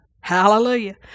Hallelujah